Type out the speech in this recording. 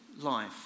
life